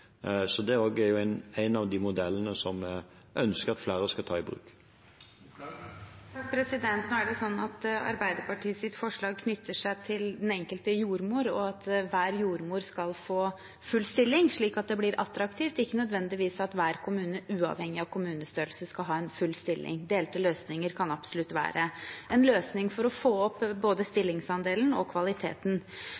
Det er en av de modellene vi ønsker at flere skal ta i bruk. Nå er det sånn at Arbeiderpartiets forslag knytter seg til den enkelte jordmor og at hver jordmor skal få full stilling, slik at det blir attraktivt – ikke nødvendigvis at hver kommune uavhengig av kommunestørrelse skal ha en full stilling. Delte stillinger kan absolutt være en løsning for å få opp både